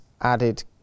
added